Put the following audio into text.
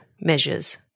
measures